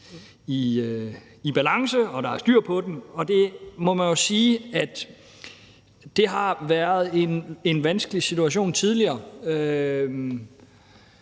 i balance og der er styr på den, og det må man jo sige har været en vanskelig situation tidligere.